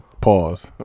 Pause